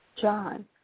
John